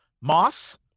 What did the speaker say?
moss